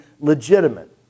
legitimate